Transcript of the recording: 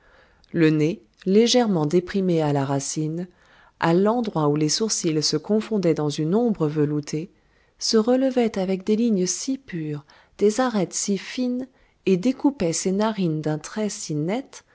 le nez légèrement déprimé à la racine à l'endroit où les sourcils se confondaient dans une ombre veloutée se relevait avec des lignes si pures des arêtes si fines et découpait ses narines d'un trait si net